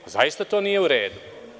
Zaista to nije u redu.